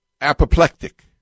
apoplectic